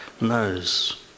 knows